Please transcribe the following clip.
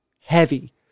heavy